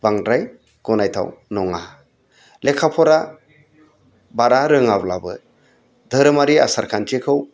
बांद्राय गनायथाव नङा लेखा फरा बारा रोङाब्लाबो धोरोमारि आसार खान्थिखौ